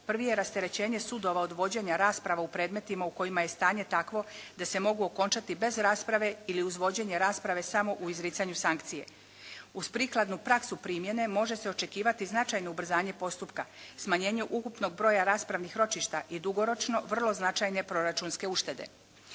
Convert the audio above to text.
Prvi je rasterećenje sudova od vođenja rasprava u predmetima u kojima je stanje takvo da se mogu okončati bez rasprave ili uz vođenje rasprave samo u izricanju sankcije. Uz prikladnu praksu primjene može se očekivati značajno ubrzanje postupka, smanjenje ukupnog broja raspravnih ročišta i dugoročno vrlo značajne proračunske uštede.